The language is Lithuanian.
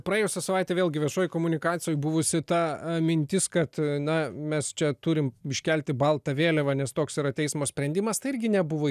praėjusią savaitę vėlgi viešoj komunikacijoj buvusi ta mintis kad na mes čia turim iškelti baltą vėliavą nes toks yra teismo sprendimas tai irgi nebuvo